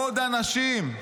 עוד אנשים,